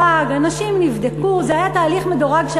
זה היה תהליך מדורג.